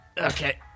okay